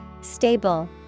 Stable